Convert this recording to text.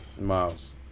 Miles